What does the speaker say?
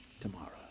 tomorrow